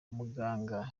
umuganga